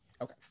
Okay